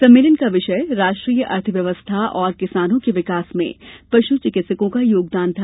सम्मेलन का विषय राष्ट्रीय अर्थ व्यवस्था और किसानों के विकास में पशु चिकित्सकों का योगदान था